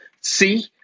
see